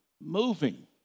moving